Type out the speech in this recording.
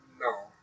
no